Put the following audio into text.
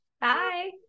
Bye